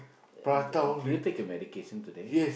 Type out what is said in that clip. yeah did did you take your medication today